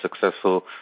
successful